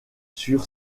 sur